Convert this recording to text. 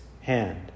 hand